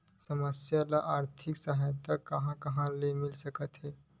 समस्या ल आर्थिक सहायता कहां कहा ले मिल सकथे?